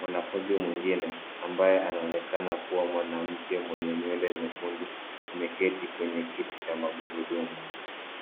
Mwanafunzi mwingine, ambaye anaonekana kuwa mwanamke mwenye nywele nyekundu, ameketi kwenye kiti cha magurudumu.